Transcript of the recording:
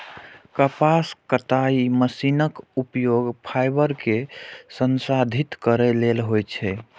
कपास कताइ मशीनक उपयोग फाइबर कें संसाधित करै लेल होइ छै